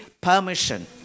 permission